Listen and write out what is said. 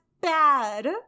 bad